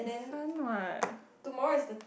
fun what